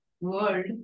world